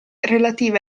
relative